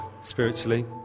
spiritually